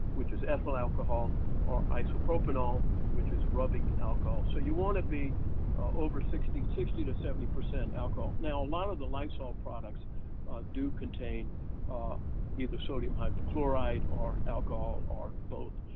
which is ethyl alcohol or isopropanol, which is rubbing alcohol. so you want to be over sixty, sixty to seventy percent alcohol. now a lot of the lysol products do contain either sodium hypochloride or alcohol or both.